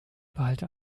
behalte